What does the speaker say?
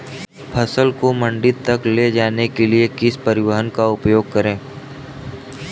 फसल को मंडी तक ले जाने के लिए किस परिवहन का उपयोग करें?